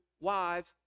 wives